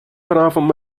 vanavond